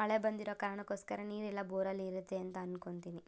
ಮಳೆ ಬಂದಿರೋ ಕಾರಣಕ್ಕೋಸ್ಕರ ನೀರೆಲ್ಲ ಬೋರಲ್ಲಿ ಇರುತ್ತೆ ಅಂತ ಅಂದ್ಕೋತೀನಿ